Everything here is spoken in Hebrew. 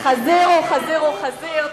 חזיר הוא חזיר הוא חזיר.